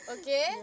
okay